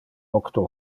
octo